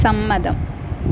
സമ്മതം